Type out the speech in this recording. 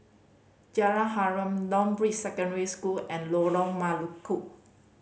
Jalan Harum Northbrooks Secondary School and Lorong Melukut